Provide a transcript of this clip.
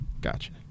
gotcha